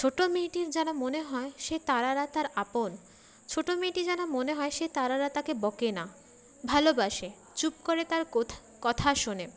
ছোটো মেয়েটির যেন মনে হয় সেই তারারা তার আপন ছোটো মেয়েটি যেন মনে হয় সেই তারারা তাকে বকে না ভালোবাসে চুপ করে তার কোথা কথা শোনে